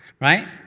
right